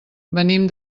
venim